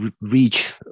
reach